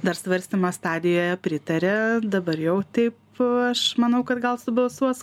dar svarstymo stadijoje pritarė dabar jau taip aš manau kad gal subalsuos